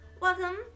Welcome